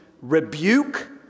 rebuke